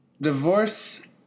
Divorce